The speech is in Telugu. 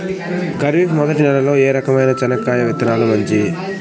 ఖరీఫ్ మొదటి నెల లో ఏ రకమైన చెనక్కాయ విత్తనాలు మంచివి